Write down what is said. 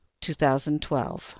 2012